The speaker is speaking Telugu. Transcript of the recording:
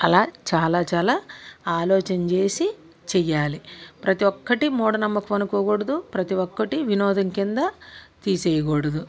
అలా చాలా చాలా ఆలోచన చేసి చేయాలి ప్రతి ఒక్కటి మూఢనమ్మకం అనుకోకూడదు ప్రతి ఒక్కటి వినోదం కింద తీసేయకూడదు